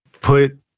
put